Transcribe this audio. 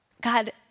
God